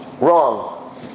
wrong